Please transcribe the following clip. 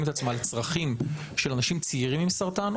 את עצמה לצרכים של אנשים צעירים עם סרטן,